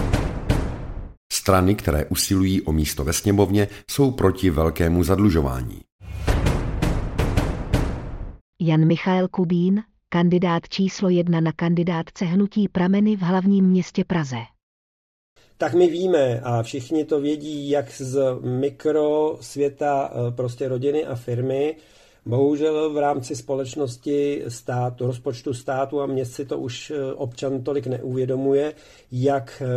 Strany, které usilují o místo ve sněmovně, jsou proti velkému zadlužování. Jan Michael Kubín, kandidát číslo jedna na kandidátce Hnutí prameny v hlavním městě Praze. Tak my víme, a všichni to vědí, jak z mikrosvěta, e, prostě rodiny a firmy, bohužel v rámci společnosti státu, rozpočtu státu a měst si to už, e, občan tolik neuvědomuje, jak,